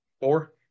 Four